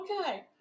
okay